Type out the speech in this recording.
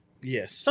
Yes